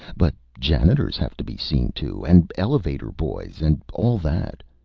but janitors have to be seen to, and elevator-boys, and all that.